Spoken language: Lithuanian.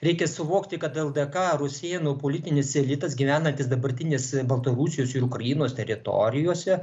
reikia suvokti kad ldk rusėnų politinis elitas gyvenantis dabartinės baltarusijos ir ukrainos teritorijose